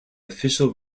official